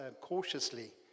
cautiously